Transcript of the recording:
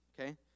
okay